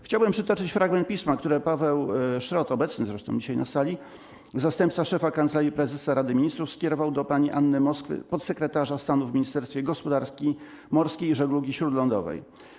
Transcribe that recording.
Chciałbym przytoczyć fragment pisma, które Paweł Szrot, obecny zresztą dzisiaj na sali, zastępca szefa Kancelarii Prezesa Rady Ministrów, skierował do pani Anny Moskwy, podsekretarza stanu w Ministerstwie Gospodarki Morskiej i Żeglugi Śródlądowej: